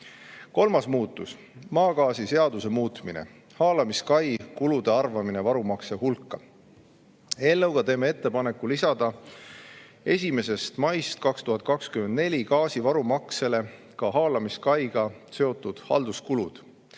Kolmas muutus, maagaasiseaduse muutmine, haalamiskai kulude arvamine varumakse hulka. Eelnõuga teeme ettepaneku lisada 1. maist 2024 gaasivarumaksele ka haalamiskaiga seotud halduskulud,